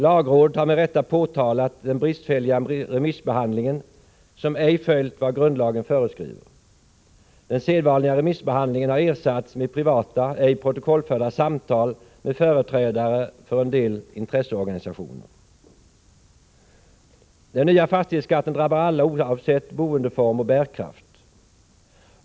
Lagrådet har med rätta påtalat den bristfälliga remissbehandlingen, som ej följt vad grundlagen föreskriver. Den sedvanliga remissbehandlingen har ersatts med privata, ej protokollförda, samtal med företrädare för en del intresseorganisationer. Den nya fastighetsskatten drabbar alla, oavsett boendeform och bärkraft.